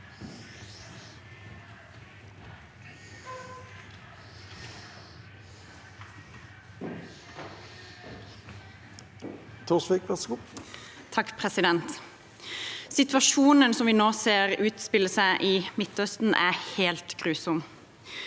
Situasjo- nen vi nå ser utspille seg i Midtøsten, er helt grusom.